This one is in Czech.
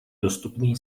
dostupný